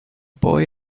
boy